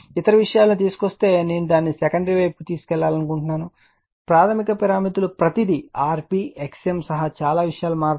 ఇతర విషయాలను తీసుకువస్తే నేను దానిని సెకండరీ వైపుకు తీసుకెళ్లాలనుకుంటున్నాను ప్రాధమిక పారామితులు ప్రతిదీ rp xm సహా చాలా విషయాలు మారుతాయి